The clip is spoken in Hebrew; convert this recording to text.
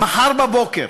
מחר בבוקר